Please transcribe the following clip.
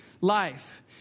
life